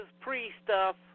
pre-stuff